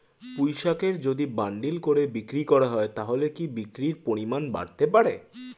পুঁইশাকের যদি বান্ডিল করে বিক্রি করা হয় তাহলে কি বিক্রির পরিমাণ বাড়তে পারে?